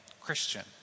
Christian